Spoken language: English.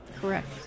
correct